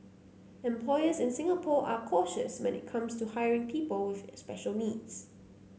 employers in Singapore are cautious when it comes to hiring people with special needs